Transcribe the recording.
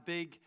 Big